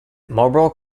marlborough